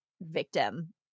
victim